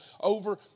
over